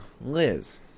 Liz